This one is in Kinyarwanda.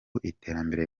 iterambere